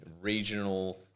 regional